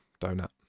donut